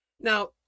Now